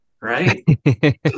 right